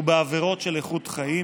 ובעבירות של איכות חיים.